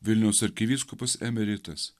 vilniaus arkivyskupas emeritas